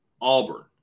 Auburn